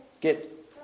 get